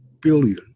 billion